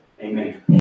Amen